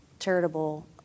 charitable